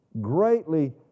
greatly